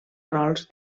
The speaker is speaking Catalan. rols